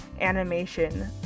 animation